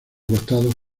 costados